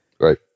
Right